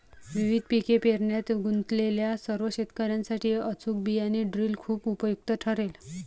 विविध पिके पेरण्यात गुंतलेल्या सर्व शेतकर्यांसाठी अचूक बियाणे ड्रिल खूप उपयुक्त ठरेल